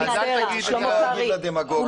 מספיק עם הדמגוגיה שלך.